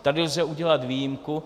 Tady lze udělat výjimku.